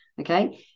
Okay